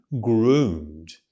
groomed